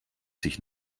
sich